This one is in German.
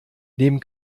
neben